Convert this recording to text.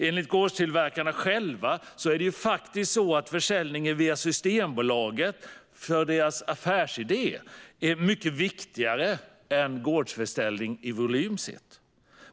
Enligt gårdstillverkarna själva är försäljningen via Systembolaget mycket viktigare för deras affärsidé än gårdsförsäljning när det gäller volym.